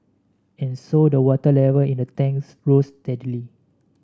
and so the water level in the tanks rose steadily